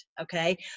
Okay